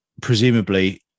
presumably